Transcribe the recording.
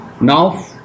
now